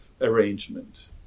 arrangement